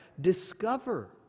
Discover